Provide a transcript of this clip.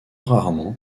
rarement